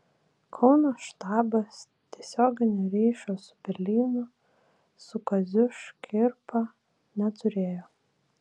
kauno štabas tiesioginio ryšio su berlynu su kaziu škirpa neturėjo